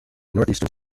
northeastern